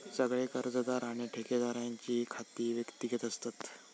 सगळे कर्जदार आणि देणेकऱ्यांची खाती व्यक्तिगत असतत